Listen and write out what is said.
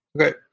okay